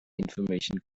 information